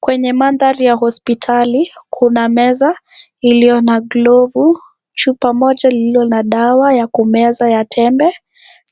Kwenye mandhari ya hospitali, kuna meza iliyo na glovu, chupa moja lililo na dawa ya kumeza ya tembe,